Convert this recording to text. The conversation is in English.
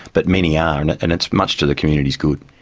but many are, and and it's much to the community's good.